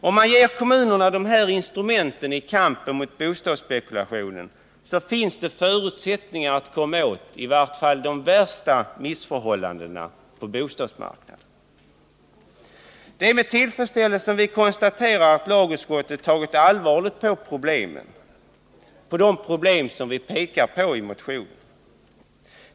Om man ger kommunerna de här instrumenten i kampen mot bostadsspekulationen finns det förutsättningar att komma åt i vart fall de värsta missförhållandena på bostadsmarknaden. Det är med tillfredsställelse vi konstaterar att lagutskottet tagit allvarligt på de problem som vi pekar på i motionen.